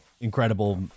incredible